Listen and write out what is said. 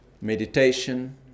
meditation